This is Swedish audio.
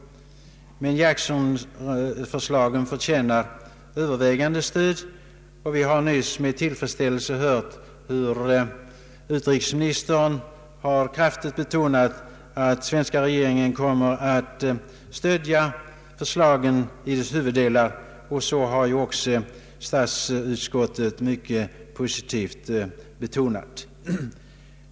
Men förslagen förtjänar stöd, och vi har med tillfredsställelse hört hur utrikesministern = kraftigt betonat att svenska regeringen kommer att stödja förslagen i deras huvuddelar. Statsutskottet ställer sig också mycket positivt härtill.